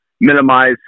minimize